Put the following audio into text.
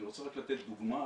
אני רוצה רק לתת דוגמה